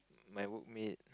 my work mate